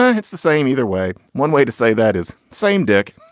ah it's the same either way. one way to say that is same dick.